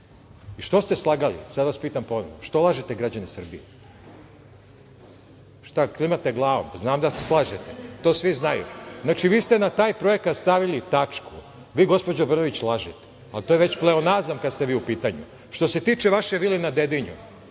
I, što ste slagali, sad vas pitam ponovo? Što lažete građane Srbije? Klimate glavom? Pa, znam da lažete, to svi znaju. Znači, vi ste na taj projekat stavili tačku. Vi gospođo Brnabić lažete, ali to je već pleonazam kada ste vi u pitanju. Što se tiče vaše vile na Dedinju.